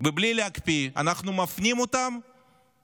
ובלי להקפיא, ואנחנו מפנים אותם